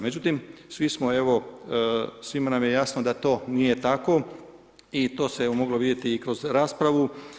Međutim, svi smo evo, svima nam je jasno da to nije tako i to se evo moglo vidjeti i kroz raspravu.